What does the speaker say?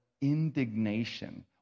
indignation